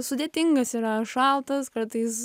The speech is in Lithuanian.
sudėtingas yra šaltas kartais